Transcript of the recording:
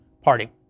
party